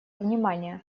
внимание